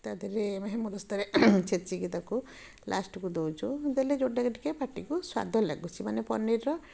ତା ଦେହରେ ହେମଦସ୍ତାରେ ଛେଚିକି ତାକୁ ଲାଷ୍ଟକୁ ଦେଉଛୁ ଦେଲେ ଯେଉଁଟାକି ଟିକେ ପାଟିକୁ ସ୍ୱାଦ ଲାଗୁଛି ମାନେ ପନିରର